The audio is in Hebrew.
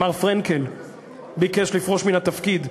מר פרנקל ביקש לפרוש מן התפקיד,